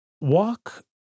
walk